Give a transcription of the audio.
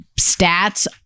stats